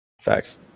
Facts